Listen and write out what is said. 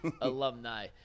alumni